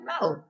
no